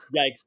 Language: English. Yikes